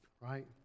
right